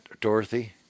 Dorothy